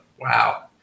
Wow